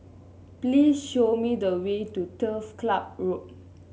please show me the way to Turf Club Road